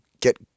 get